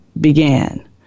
began